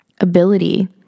ability